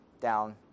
down